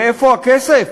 מאיפה הכסף?